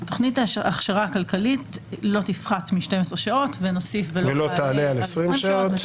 תכנית ההכשרה הכלכלית לא תפחת מ-12 שעות ולא תעלה על 20 שעות.